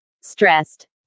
stressed